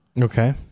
Okay